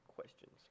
questions